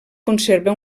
conserva